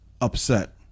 upset